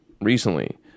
recently